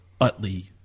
Utley